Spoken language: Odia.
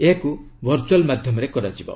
ଏହାକୁ ଭର୍ଚୁଆଲ ମାଧ୍ୟମରେ କରାଯିବ